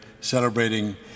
celebrating